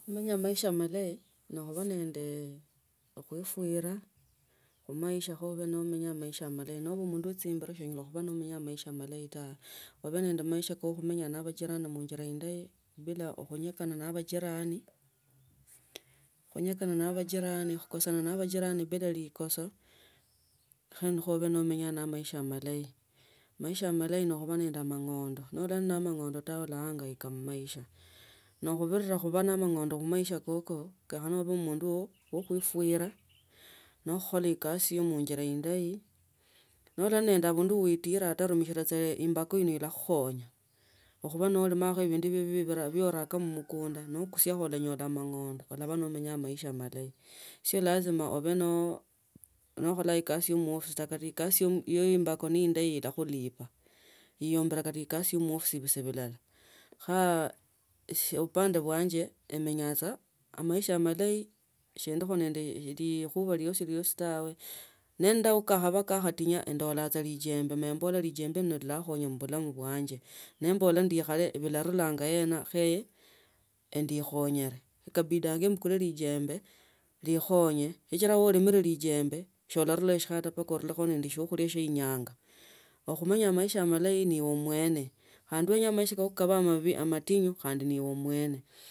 Nowenya maisha malayi ne khuifuria nekhubaa nende khuifiria khu maisha kho ni ba onyola khumenya maisha malayi no obane chumbiro sonyala khumenya maisha malayi tawe obe nende maisha ka khumenya nende abandu khunjira indayi bila ukhunyekana ne abajirani khungekana na abajirani nekhukosana na abajirani bila likoso kho ubee nomenya maisha malayi maisha malayi ni khuba nende amang’onda nolali nende amang’onda taa ulahangaika nimaisha kaka kho obe mundu we khuifira nokhala erasi ya omundu khu injira indayi nolari na abundu wi tila ta numishila saa imbakha imbakha ino ilakhukhonya khuba nolimakho bibyo bya uraka mumukunda nokusiakhe ulanyda amang’onda ulabaa nomenya maisha malayi sio lazima ube nokholaekasi ya muofisi taa kata ekasi ya indako ne indayi nakhulipa iyomberev kata ikasi ya afisi bulala.